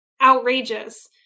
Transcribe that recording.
outrageous